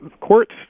courts